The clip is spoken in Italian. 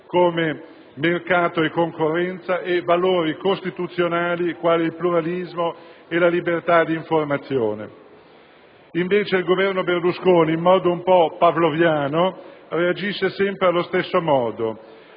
come mercato e concorrenza, e valori costituzionali quali il pluralismo e la libertà di informazione. Invece, il Governo Berlusconi, in modo un po' pavloviano, reagisce sempre allo stesso modo: